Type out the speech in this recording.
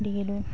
গতিকেলৈ